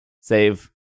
save